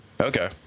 Okay